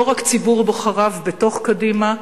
לא רק ציבור בוחריו בתוך קדימה,